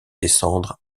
descendre